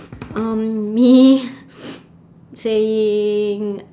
um me saying